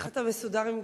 איך אתה מסודר עם